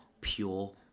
pure